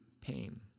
pain